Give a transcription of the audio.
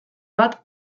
bat